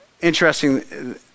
Interesting